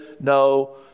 no